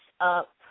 up